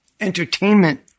entertainment